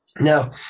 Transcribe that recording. Now